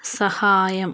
സഹായം